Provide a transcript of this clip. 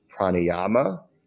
pranayama